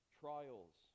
trials